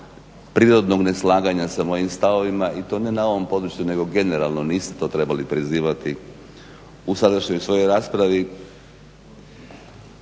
prirodnog neslaganja s mojim stavovima i to ne na ovom području nego generalno, niste to trebali prizivati u sadašnjoj svojoj raspravi.